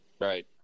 Right